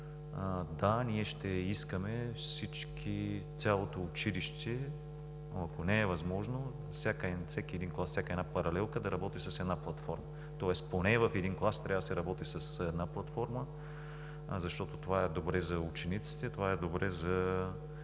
Да, ние ще искаме всички, цялото училище, но ако не е възможно – всеки един клас, всяка една паралелка да работи с една платформа. Тоест поне в един клас трябва да се работи с една платформа, защото това е добре за учениците, добре е за